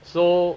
so